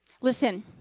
Listen